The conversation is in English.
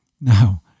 Now